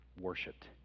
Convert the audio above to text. worshipped